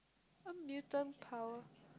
a mutant power